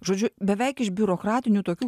žodžiu beveik iš biurokratinių tokių